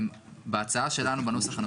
אם המטרה שלנו היא לצמצם בירוקרטיה,